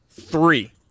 three